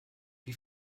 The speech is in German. wie